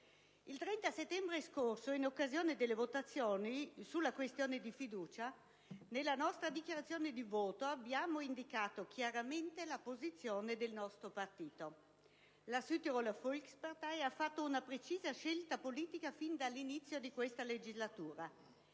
Il 30 settembre scorso, in occasione delle votazioni sulla questione di fiducia, nella nostra dichiarazione di voto abbiamo indicato chiaramente la posizione del nostro partito. La Südtiroler Volkspartei ha fatto una precisa scelta politica fin dall'inizio di questa legislatura: